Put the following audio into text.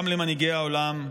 גם למנהיגי העולם,